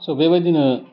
सह बेबायदिनो